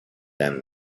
ten